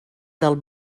del